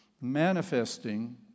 manifesting